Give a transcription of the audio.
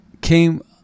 came